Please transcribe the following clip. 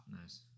Nice